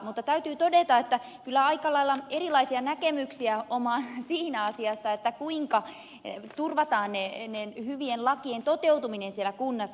mutta täytyy todeta että kyllä aika lailla erilaisia näkemyksiä omaa sihinää ja täyttää kuin omaatte siinä asiassa kuinka turvataan hyvien lakien toteutuminen siellä kunnassa